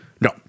no